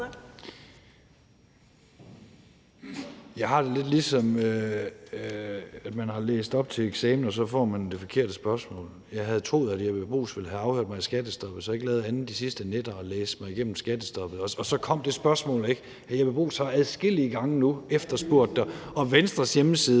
Jeg har det lidt, som når man har læst op til eksamen, og så får man det forkerte spørgsmål. Jeg havde troet, at hr. Jeppe Bruus ville have afhørt mig i skattestoppet, så jeg har ikke lavet andet de sidste nætter end at læse mig igennem skattestoppet, men så kom det spørgsmål ikke. Hr. Jeppe Bruus har adskillige gange nu efterspurgt det her og på Venstres hjemmeside,